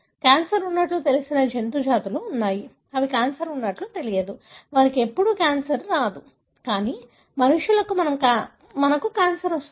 cancer ఉన్నట్లు తెలిసిన జంతువుల జాతులు ఉన్నాయి అవి క్యాన్సర్ ఉన్నట్లు తెలియదు వారికి ఎప్పుడూ క్యాన్సర్ రాదు కానీ మనుషులకు మనకు క్యాన్సర్ వస్తుంది